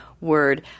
word